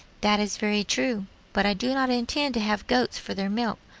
that is very true but i do not intend to have goats for their milk,